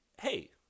hey